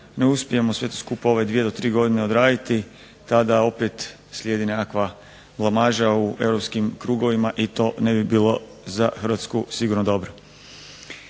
ne uspijemo sve to skupa u ove dvije do tri godine odraditi tada opet slijedi nekakva blamaža u europskim krugovima i to ne bi bilo za Hrvatsku sigurno dobro.